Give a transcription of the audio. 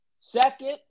Second